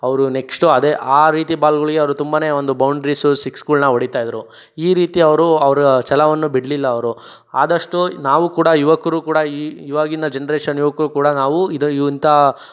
ಅವರು ನೆಕ್ಸ್ಟು ಅದೇ ಆ ರೀತಿ ಬಾಲ್ಗಳಿಗೆ ಅವರು ತುಂಬನೇ ಒಂದು ಬೌಂಡ್ರೀಸು ಸಿಕ್ಸ್ಗಳನ್ನ ಹೊಡೀತಾಯಿದ್ದರು ಈ ರೀತಿ ಅವರು ಅವರ ಛಲವನ್ನು ಬಿಡಲಿಲ್ಲ ಅವರು ಆದಷ್ಟು ನಾವು ಕೂಡ ಯುವಕರು ಕೂಡ ಈ ಇವಾಗಿನ ಜನ್ರೇಷನ್ ಯುವಕರು ಕೂಡ ನಾವು ಇದು ಇಂಥ